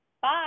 Bye